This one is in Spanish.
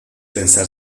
pensar